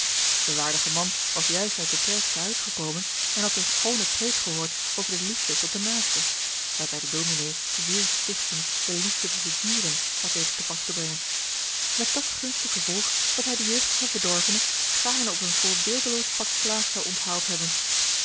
de waardige man was juist uit de kerk te huis gekomen en had eene schoone preek gehoord over de liefde tot den naaste waarbij de dominé zeer stichtend de liefde tot de dieren had weten te pas te brengen met dat gunstig gevolg dat hij den jeugdigen verdorvene gaarne op een voorbeeldeloos pak slaag zou onthaald hebben